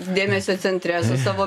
dėmesio centre su savo